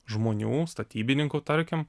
žmonių statybininkų tarkim